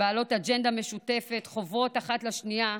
בעלות אג'נדה משותפת חוברות אחת לשנייה,